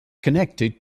connected